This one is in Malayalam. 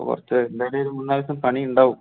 കുറച്ച് എന്തായാലും ഇത് മൂന്നാല് ദിവസം പണിയുണ്ടാകും